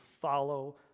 follow